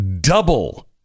Double